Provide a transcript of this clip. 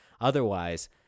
Otherwise